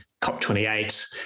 COP28